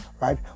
right